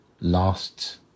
last